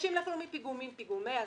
שאנשים נפלו מפיגומים, פיגומי הזקפים,